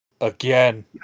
Again